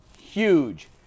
huge